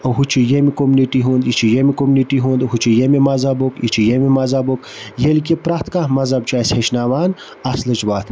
ہُہ چھُ ییٚمہِ کوٚمنِٹی ہُنٛد یہِ چھُ ییٚمہِ کوٚمنِٹی ہُنٛد ہُہ چھُ ییٚمہِ مَذہبُک یہِ چھُ ییٚمہِ مَذہبُک ییٚلہِ کہِ پرٛٮ۪تھ کانٛہہ مَذہب چھُ اَسہِ ہیٚچھناوان اَصلٕچ وَتھ